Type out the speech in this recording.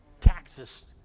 taxes